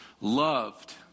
loved